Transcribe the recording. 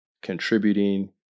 contributing